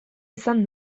izan